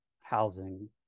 housing